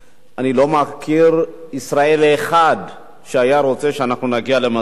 אני לא מכיר ישראלי אחד שהיה רוצה שאנחנו נגיע למצב הזה.